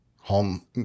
home